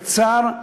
בצער,